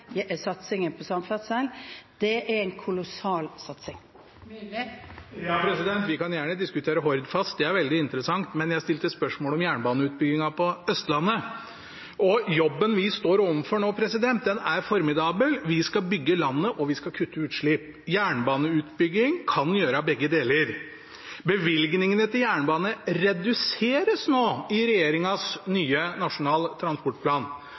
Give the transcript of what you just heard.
satsingen på samferdsel. Det er en kolossal satsing. Sverre Myrli – til oppfølgingsspørsmål. Vi kan gjerne diskutere Hordfast – det er veldig interessant – men jeg stilte spørsmål om jernbaneutbyggingen på Østlandet. Jobben vi står overfor nå, er formidabel. Vi skal bygge landet, og vi skal kutte utslipp. Jernbaneutbygging kan gjøre begge deler. Bevilgningene til jernbane reduseres nå i regjeringens nye Nasjonal transportplan